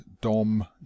Dom